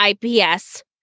IPS